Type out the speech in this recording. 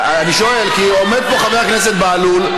אני שואל, כי עומד פה חבר הכנסת בהלול,